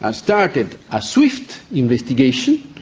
ah started a swift investigation,